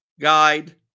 guide